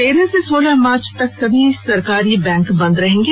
तेरह से सोलह मार्च तक सभी सरकारी बैंक बंद रहेंगे